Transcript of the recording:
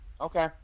Okay